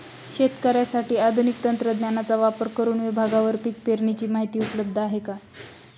शेतकऱ्यांसाठी आधुनिक तंत्रज्ञानाचा वापर करुन विभागवार पीक पेरणीची माहिती उपलब्ध आहे का?